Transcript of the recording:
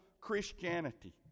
Christianity